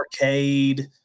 arcade